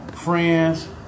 Friends